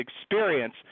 experience